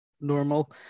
normal